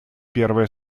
первая